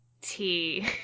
tea